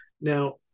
Now